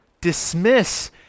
dismiss